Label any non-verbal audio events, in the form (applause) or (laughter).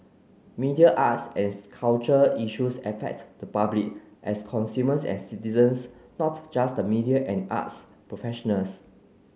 media arts and (unintelligible) culture issues affect the public as consumers and citizens not just the media and arts professionals